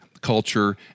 Culture